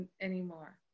anymore